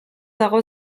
dago